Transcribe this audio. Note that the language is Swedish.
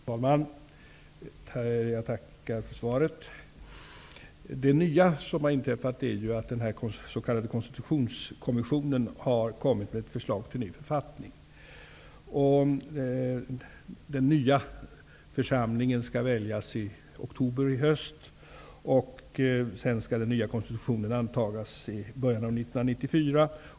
Fru talman! Jag tackar för svaret. Det nya som har inträffat är att den s.k. konstitutionskommissionen har lagt fram ett förslag till ny författning. Den nya församlingen skall väljas i oktober i höst, och sedan skall den nya konstitutionen antas i början av 1994.